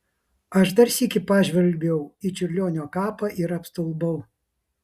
aš dar sykį pažvelgiau į čiurlionio kapą ir apstulbau